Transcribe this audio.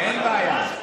אין בעיה.